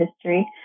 history